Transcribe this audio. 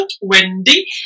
Wendy